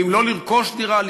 ואם לא לרכוש דירה,